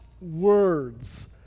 words